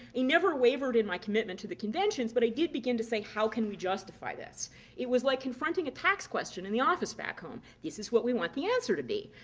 never wavered in my commitment to the conventions, but i did begin to say, how can we justify this it was like confronting a tax question in the office back home. this is what we want the answer to be.